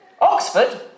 Oxford